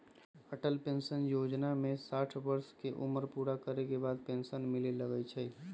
Atal pension जोजना में साठ वर्ष के उमर पूरा करे के बाद पेन्सन मिले लगैए छइ